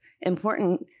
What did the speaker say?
important